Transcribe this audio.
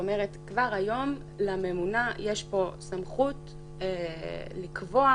כבר היום לממונה יש סמכות לקבוע,